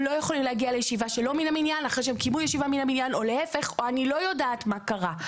הם לא יכולים להגיע לישיבה שלא מן המניין או אני לא יודעת מה קרה,